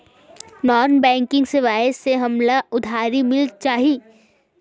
Non banking सेवाएं से हमला उधारी मिल जाहि?